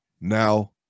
Now